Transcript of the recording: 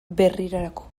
berrirako